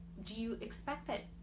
do you expect that